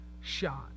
shot